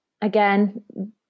again